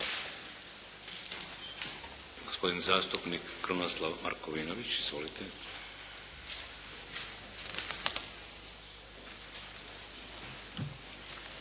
Gospodin zastupnik Krunoslav Markovinović. Izvolite.